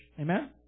Amen